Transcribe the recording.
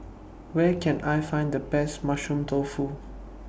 Where Can I Find The Best Mushroom Tofu